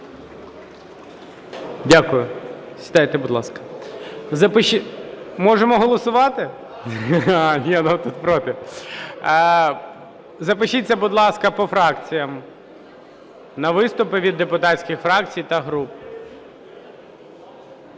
Дякую. Сідайте, будь ласка. Можемо голосувати? Запишіться, будь ласка, по фракціях, на виступи від депутатських фракцій та груп.